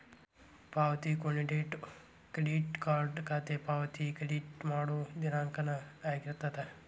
ಪಾವತಿ ಕೊನಿ date credit card ಖಾತೆಗೆ ಪಾವತಿ ಕ್ರೆಡಿಟ್ ಮಾಡೋ ದಿನಾಂಕನ ಆಗಿರ್ತದ